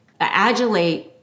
adulate